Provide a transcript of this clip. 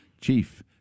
Chief